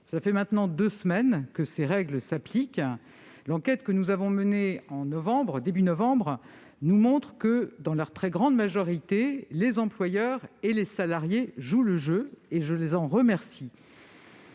Cela fait maintenant deux semaines que ces règles s'appliquent. L'enquête que nous avons menée début novembre nous montre que, dans leur très grande majorité, les employeurs et les salariés jouent le jeu ; je les en remercie.